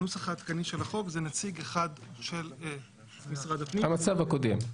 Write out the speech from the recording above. הנוסח העדכני של החוק זה נציג אחד של משרד הפנים -- המצב הקודם.